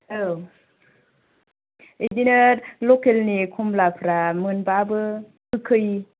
औ इदिनो लकेलनि खमलाफ्रा मोनबाबो गोखै